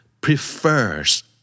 prefers